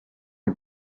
est